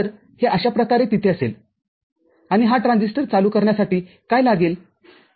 तरहे अशा प्रकारे तिथे असेल आणि हा ट्रान्झिस्टरचालू करण्यासाठी काय लागेल